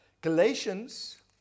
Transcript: Galatians